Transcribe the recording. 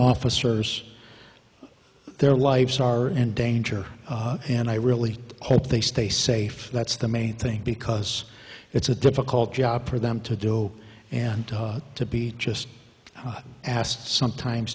officers their lives are in danger and i really hope they stay safe that's the main thing because it's a difficult job for them to do and to be just asked sometimes